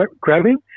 grabbing